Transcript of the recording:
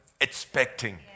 expecting